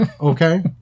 okay